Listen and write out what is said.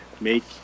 make